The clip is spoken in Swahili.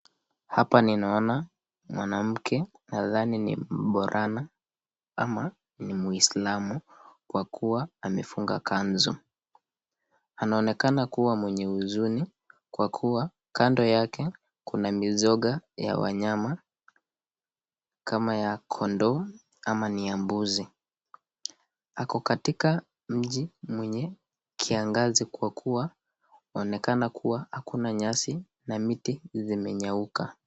Hapa ninaona mwanamke, nadhani ni borana ama ni muislamu, kwa kuwa amefunga kanzu. Anaonekana kuwa mwenye huzuni, kwa kuwa kando yake kuna mizoga ya wanyama. Kama ya kondoo, ama ni ya mbuzi. Ako katika mji mwenye kiangazi kwa kuwa waonekana kuwa hakuna nyasi na miti zimenyauka.